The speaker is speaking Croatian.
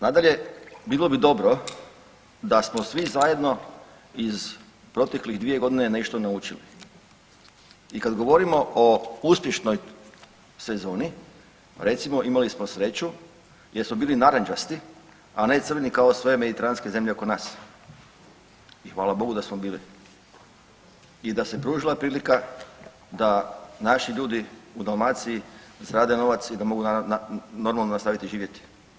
Nadalje, bilo bi dobro da smo svi zajedno iz proteklih 2.g. nešto naučili i kad govorimo o uspješnoj sezoni recimo imali smo sreću jer smo bili narančasti, a ne crveni kao sve mediteranske zemlje oko nas i hvala Bogu da smo bili i da se pružila prilika da naši ljudi u Dalmaciji zarade novac i da mogu normalno nastaviti živjeti.